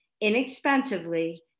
inexpensively